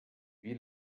wie